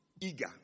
eager